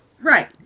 Right